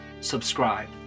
subscribe